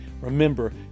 remember